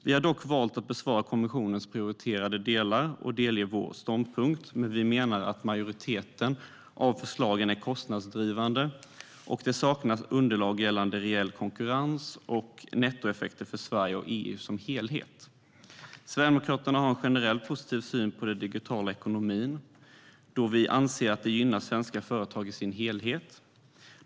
Vi har valt att besvara kommissionens prioriterade delar och delge vår ståndpunkt, men vi menar att majoriteten av förslagen är kostnadsdrivande och att det saknas underlag gällande reell konkurrens och nettoeffekter för Sverige och för EU som helhet. Sverigedemokraterna har en generellt positiv syn på den digitala ekonomin, då vi anser att den gynnar svenska företag som helhet.